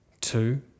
Two